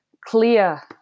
clear